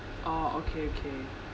orh okay okay